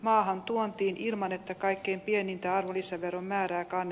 maahantuontiin ilman että kaikkein pienintä herr talman